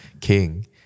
King